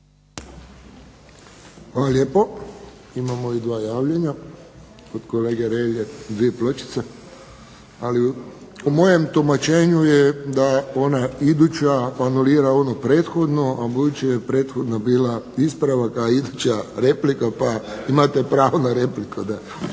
Hvala lijepo. Imamo i dva javljanja. Kolega Hrelja, gdje je pločica? Ali, po mojem tumačenju je da ona iduća anulira onu prethodnu, a budući je prethodna bila ispravak, a iduća replika pa imate pravo na repliku, da.